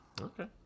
Okay